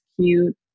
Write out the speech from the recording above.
cute